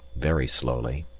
very slowly,